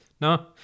No